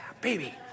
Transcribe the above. baby